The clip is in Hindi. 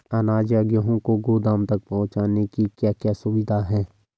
अनाज या गेहूँ को गोदाम तक पहुंचाने की क्या क्या सुविधा है?